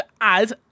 add